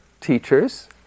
teachers